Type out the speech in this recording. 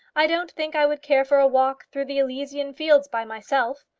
i don't think i would care for a walk through the elysian fields by myself.